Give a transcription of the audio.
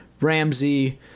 Ramsey